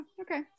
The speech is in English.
Okay